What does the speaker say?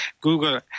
Google